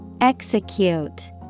Execute